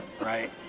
right